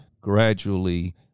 gradually